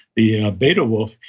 the yeah beta wolf,